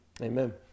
Amen